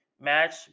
match